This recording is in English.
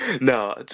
No